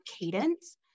cadence